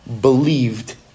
believed